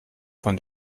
von